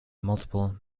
multiple